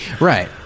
right